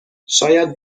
شاید